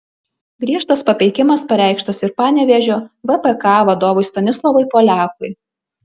griežtas papeikimas pareikštas ir panevėžio vpk vadovui stanislovui poliakui